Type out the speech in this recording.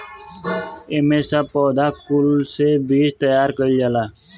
एमे सब पौधा कुल से बीज तैयार कइल जाला